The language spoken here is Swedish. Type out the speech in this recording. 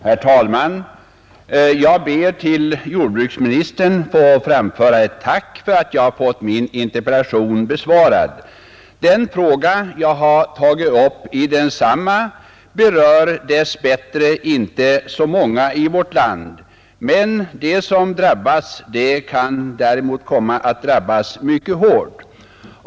Herr talman! Jag ber att till jordbruksministern få framföra ett tack för att jag fått min interpellation besvarad. Den fråga jag har tagit upp i densamma berör dess bättre inte så många i vårt land, men de som drabbas kan komma att drabbas mycket hårt.